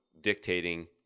dictating